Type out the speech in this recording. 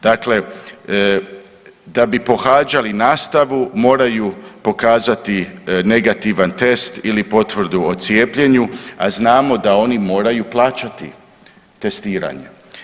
Dakle, da bi pohađali nastavu moraju pokazati negativan test ili potvrdu o cijepljenju, a znamo da oni moraju plaćati testiranje.